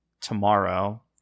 tomorrow